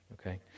okay